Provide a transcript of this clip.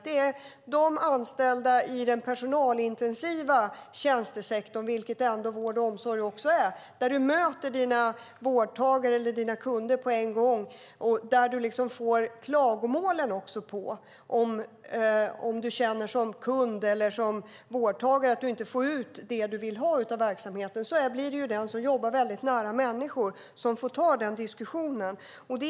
De anställda i den personalintensiva tjänstesektorn, vilket vård och omsorg är, möter ju sina vårdtagare eller kunder direkt och får klagomål om vårdtagarna eller kunderna känner att de inte får ut det de vill ha av verksamheten. Det är ju den som jobbar nära dessa människor som får ta den diskussionen.